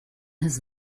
his